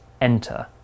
enter